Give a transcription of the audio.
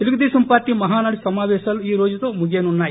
Telugu Desam party Mahanadu సమాపేశాలు ఈ రోజుతో ముగియనున్నాయి